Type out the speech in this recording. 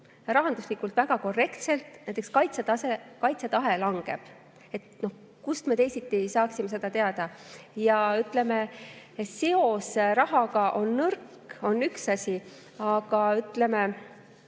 rahanduslikult väga korrektselt, näiteks kaitsetahe langeb? Kust me teisiti saaksime seda teada? See, et seos rahaga on nõrk, on üks asi, aga ütleme,